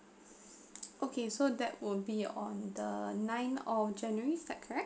okay so that would be on the ninth of january is that correct